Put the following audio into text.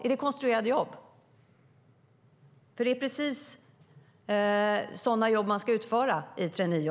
Är det konstruerade jobb? Det är ju precis sådana jobb traineejobben är.